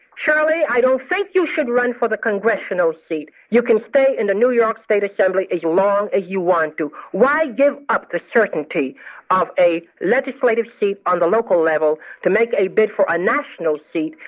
shirley, i don't think you should run for the congressional seat. you can stay in the new york state assembly as long as you want to why give up the certainty of a legislative seat on the local level to make a bid for a national seat?